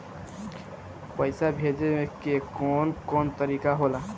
पइसा भेजे के कौन कोन तरीका होला?